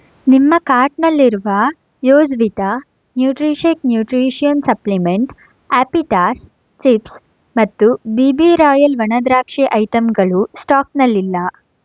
ನಿಮ್ಮ ಕಾರ್ಟ್ನಲ್ಲಿರುವ ಯೋಸ್ವೀಟಾ ನ್ಯೂಟ್ರಿಶೇಕ್ ನ್ಯೂಟ್ರೀಷನ್ ಸಪ್ಲಿಮೆಂಟ್ ಆಪ್ಪಿಟಾಸ್ ಚಿಪ್ಸ್ ಮತ್ತು ಬಿಬಿ ರಾಯಲ್ ಒಣದ್ರಾಕ್ಷಿ ಐಟಂಗಳು ಸ್ಟಾಕ್ನಲ್ಲಿಲ್ಲ